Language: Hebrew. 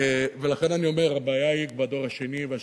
ולכן אני אומר, הבעיה היא בדור השני והשלישי.